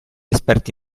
esperti